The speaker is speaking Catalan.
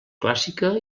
clàssica